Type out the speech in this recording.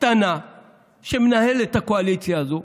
קטנה שמנהלת את הקואליציה הזו,